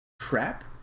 trap